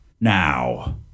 now